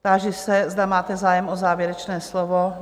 Táži se, zda máte zájem o závěrečné slovo?